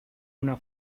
una